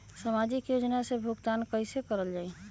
सामाजिक योजना से भुगतान कैसे कयल जाई?